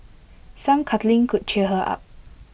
some cuddling could cheer her up